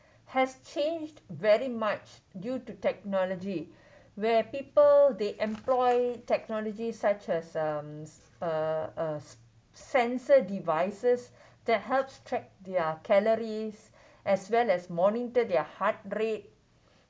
has changed very much due to technology where people they employ technology such as um uh uh sensor devices that helps track their calories as well as monitor their heart rate